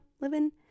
living